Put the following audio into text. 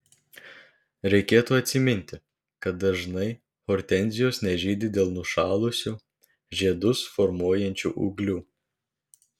reikėtų atsiminti kad dažnai hortenzijos nežydi dėl nušalusių žiedus formuojančių ūglių